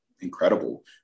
incredible